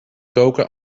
koken